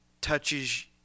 touches